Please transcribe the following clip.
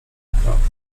naprawdę